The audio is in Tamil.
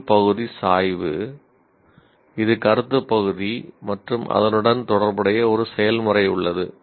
அறிவு பகுதி "சாய்வு" இது கருத்து பகுதி மற்றும் அதனுடன் தொடர்புடைய ஒரு செயல்முறை உள்ளது